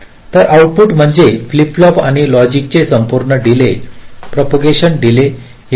तर आऊटपुट म्हणजे flip flop आणि लॉजिक चे संपूर्ण डीले प्रोपोगांशन डीले हे नाही